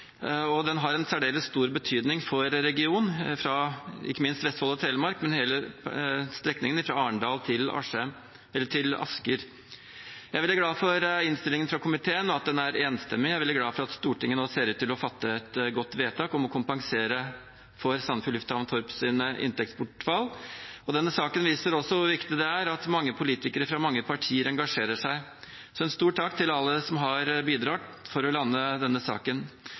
og den har en særdeles stor betydning for regionen – ikke bare for Vestfold og Telemark, men for hele strekningen fra Arendal til Asker. Jeg er veldig glad for innstillingen fra komiteen, og at den er enstemmig. Jeg er veldig glad for at Stortinget nå ser ut til å fatte et godt vedtak om å kompensere Sandefjord lufthavn Torps inntektsbortfall. Denne saken viser også hvor viktig det er at mange politikere fra flere partier engasjerer seg. Så en stor takk til alle som har bidratt for å lande denne saken.